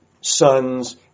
sons